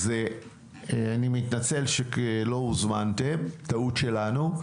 אז אני מתנצל שלא הוזמנתם, טעות שלנו.